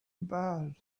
bad